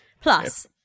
Plus